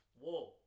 Whoa